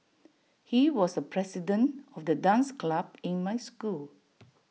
he was the president of the dance club in my school